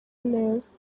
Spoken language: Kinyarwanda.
neza